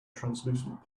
translucent